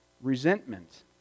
resentment